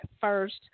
first